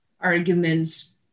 arguments